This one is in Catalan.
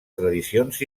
tradicions